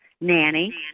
nanny